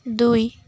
ଦୁଇ